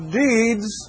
deeds